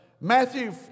Matthew